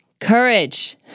courage